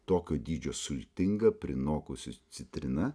tokio dydžio sultinga prinokusi citrina